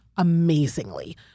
amazingly